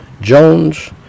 Jones